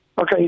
Okay